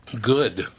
Good